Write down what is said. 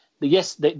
Yes